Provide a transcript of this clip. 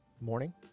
morning